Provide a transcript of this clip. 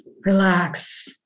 relax